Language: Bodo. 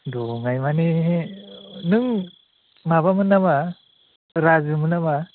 दंनाय मानि नों माबामोन नामा राजुमोन नामा